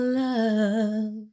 love